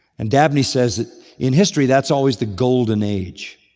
and dabney says that in history that's always the golden age.